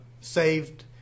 saved